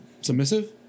Submissive